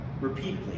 repeatedly